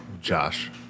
Josh